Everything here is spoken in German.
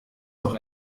doch